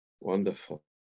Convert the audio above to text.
Wonderful